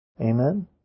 Amen